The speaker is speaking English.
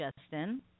Justin